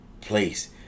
place